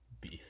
Beef